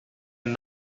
and